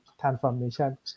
transformation